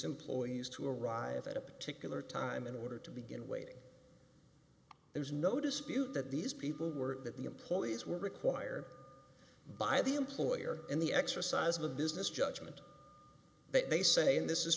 employees to arrive at a particular time in order to begin waiting there's no dispute that these people were that the employees were required by the employer in the exercise of a business judgment but they say and this is